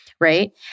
right